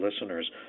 listeners